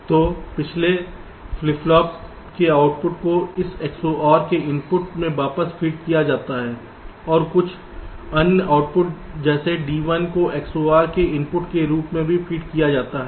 तो पिछले flip flop के आउटपुट को इस XOR के इनपुट में वापस फीड किया जाता है और कुछ अन्य आउटपुट जैसे यहाँ D1 को XOR के इनपुट के रूप में भी फीड किया जाता है